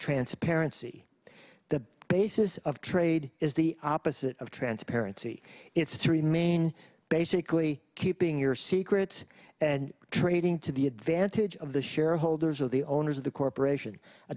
transparency the basis of trade is the opposite of transparency it's three main basically keeping your secrets and trading to the advantage of the shareholders or the owners of the corporation a